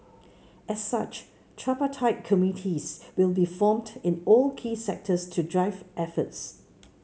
as such tripartite committees will be formed in all key sectors to drive efforts